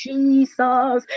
Jesus